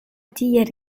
tiel